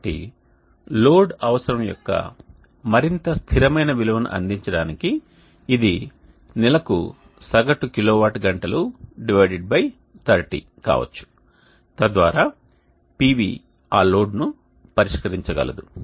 కాబట్టి లోడ్ అవసరం యొక్క మరింత స్థిరమైన విలువను అందించడానికి ఇది నెలకు సగటు కిలోవాట్ గంటలు30 కావచ్చు తద్వారా PV ఆ లోడ్ను పరిష్కరించగలదు